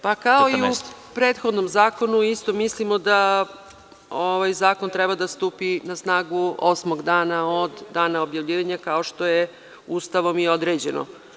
Pa, kao i u prethodnom zakonu, isto mislimo da ovaj zakon treba da stupi na snagu osmog dana od dana objavljivanja, kao što je Ustavom i određeno.